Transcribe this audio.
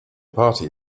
party